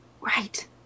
right